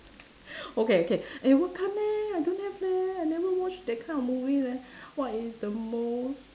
okay okay eh what come eh I don't have leh I never watch that kind of movie leh what is the most